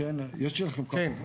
יש לכם כוח אדם בשביל?